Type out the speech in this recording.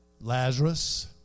Lazarus